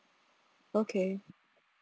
okay